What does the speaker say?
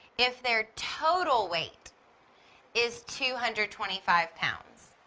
if their total weight is two hundred twenty-five pounds,